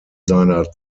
seiner